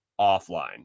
offline